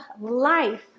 life